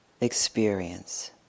experience